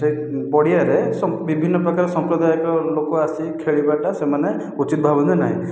ସେ ପଡ଼ିଆରେ ବିଭିନ୍ନ ପ୍ରକାର ସମ୍ପ୍ରଦାୟର ଲୋକ ଆସି ଖେଳିବାଟା ସେମାନେ ଉଚିତ୍ ଭାବନ୍ତି ନାହିଁ